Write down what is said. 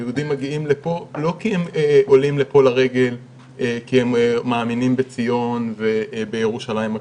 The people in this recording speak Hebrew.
יהודים לא עולים לפה לרגל כי הם מאמינים בציון ובירושלים הקדושה,